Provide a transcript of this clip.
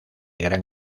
gran